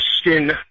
skin